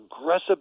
aggressive